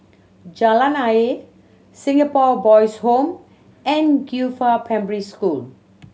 Jalan Ayer Singapore Boys' Home and Qifa Primary School